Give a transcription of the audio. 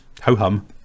Ho-hum